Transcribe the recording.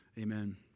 Amen